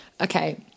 Okay